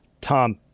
Tom